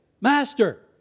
Master